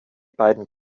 beiden